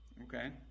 Okay